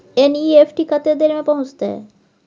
NEFT कत्ते देर में पहुंचतै?